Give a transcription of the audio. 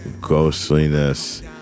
ghostliness